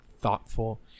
thoughtful